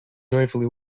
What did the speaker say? joyfully